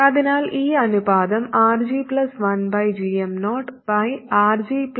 അതിനാൽ ഈ അനുപാതം RG 1gm0RG 1gm0 Rs